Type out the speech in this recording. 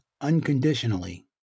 unconditionally